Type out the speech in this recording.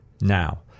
now